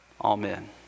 Amen